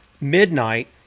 midnight